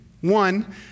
One